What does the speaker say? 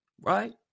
right